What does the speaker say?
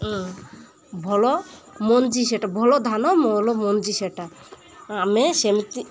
ଭଲ ମଞ୍ଜି ସେଇଟା ଭଲ ଧାନ ଭଲ ମଞ୍ଜି ସେଇଟା ଆମେ ସେମିତି